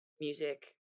Music